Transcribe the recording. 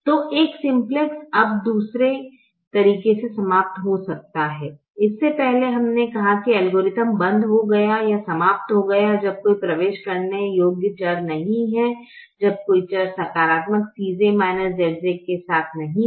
तो एक सिम्प्लेक्स अब दूसरे तरीके से समाप्त हो सकता है इससे पहले हमने कहा कि एल्गोरिथ्म बंद हो गया या समाप्त हो गया जब कोई प्रवेश करने योग्य चर नहीं है जब कोई चर सकारात्मक Cj Zj के साथ नहीं था